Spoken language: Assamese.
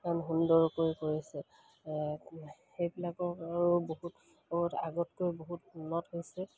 ইমান সুন্দৰকৈ কৰিছে সেইবিলাকৰো বহুত আগতকৈ বহুত উন্নত হৈছে